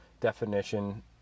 definition